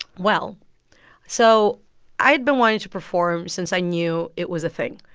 well so i'd been wanting to perform since i knew it was a thing.